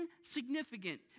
Insignificant